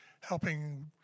helping